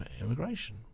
immigration